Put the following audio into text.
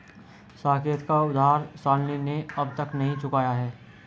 साकेत का उधार शालिनी ने अब तक नहीं चुकाया है